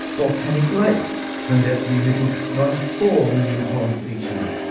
volcanic lakes turned out to be emitting ninety four million tonnes each year.